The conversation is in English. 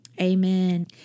Amen